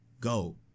go